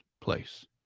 place